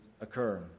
occur